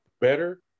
better